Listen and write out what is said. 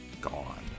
gone